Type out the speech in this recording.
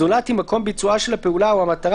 זולת אם מקום ביצועה של הפעולה או המטרה